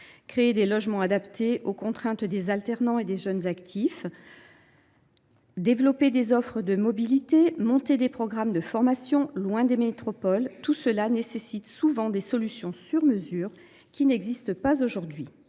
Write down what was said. Créer des logements adaptés aux contraintes des alternants et des jeunes actifs, développer des offres de mobilité, monter des programmes de formation loin des métropoles, tout cela nécessite souvent des solutions sur mesure, qui n’existent pas aujourd’hui.